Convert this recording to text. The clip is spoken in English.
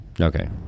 Okay